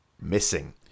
missing